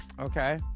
Okay